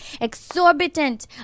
Exorbitant